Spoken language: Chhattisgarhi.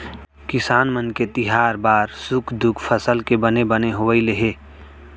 किसान मन के तिहार बार सुख दुख फसल के बने बने होवई ले हे